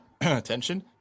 attention